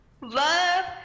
Love